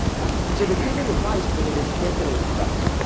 right. so they're giving advice, but it is impotent advice.